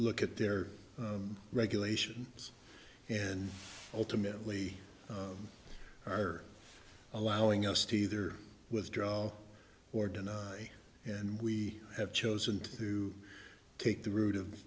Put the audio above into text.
look at their regulations and ultimately are allowing us to either withdraw or deny and we have chosen to take the route of